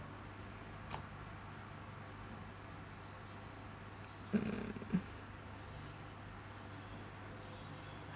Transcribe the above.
mm